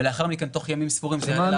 ולאחר מכן תוך ימים ספורים זה יהיה.